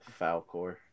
Falcor